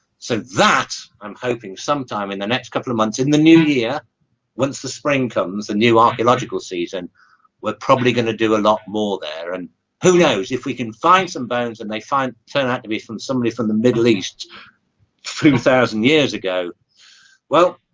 so that i'm hoping sometime in the next couple of months in the new year once the spring comes the new archaeological season were probably going to do a lot more there and who knows if we can find some bones and they find turn out to be from somebody from the middle east two thousand years ago well